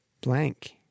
blank